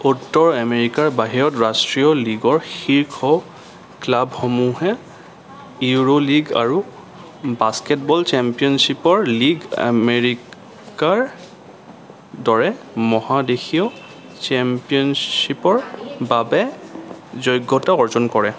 উত্তৰ আমেৰিকাৰ বাহিৰত ৰাষ্ট্ৰীয় লীগৰ শীৰ্ষ ক্লাবসমূহে ইউৰোলীগ আৰু বাস্কেটবল চেম্পিয়নশ্বীপৰ লীগ আমেৰিকাৰ দৰে মহাদেশীয় চেম্পিয়নশ্বিপৰ বাবে যোগ্যতা অৰ্জন কৰে